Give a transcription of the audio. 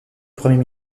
premier